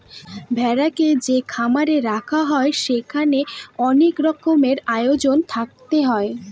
ভেড়াকে যে খামারে রাখা হয় সেখানে অনেক রকমের আয়োজন থাকতে হয়